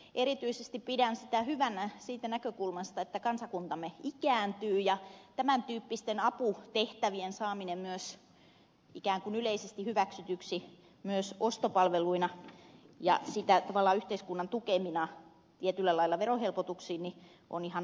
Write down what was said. erityisesti pidän sitä hyvänä siitä näkökulmasta että kansakuntamme ikääntyy ja tämäntyyppisten aputehtävien saaminen ikään kuin yleisesti hyväksytyiksi myös ostopalveluina ja siten tavallaan yhteiskunnan tukemina tietyillä lailla verohelpotuksin on ihan asiaa